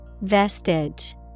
Vestige